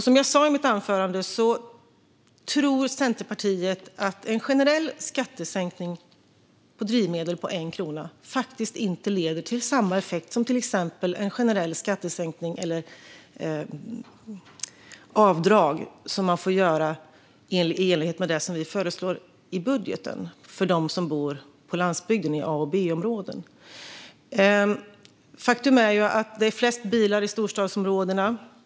Som jag sa i mitt anförande tror Centerpartiet att en generell skattesänkning på drivmedel med 1 krona faktiskt inte leder till samma effekt som till exempel en generell skattesänkning eller avdrag som man får göra i enlighet med det som vi föreslår i budgeten för dem som bor på landsbygden i A och B-områden. Faktum är att det är flest bilar i storstadsområdena.